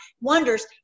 wonders